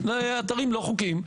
לאתרים לא חוקיים ומשליכות.